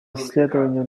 исследования